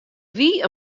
wie